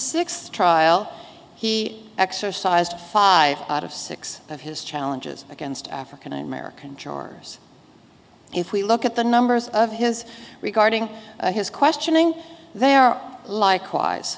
sixth trial he exercised five out of six of his challenges against african american jurors if we look at the numbers of his regarding his questioning they are likewise